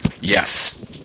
Yes